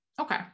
Okay